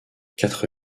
quatre